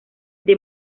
the